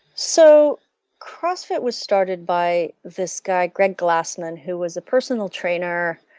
so crossfit was started by this guy, greg glassman who was a personal trainer,